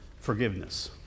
forgiveness